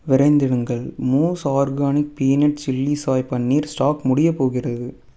விரைந்திடுங்கள் moose organic peanuts chilli chai paneer stock முடியப் போகிறது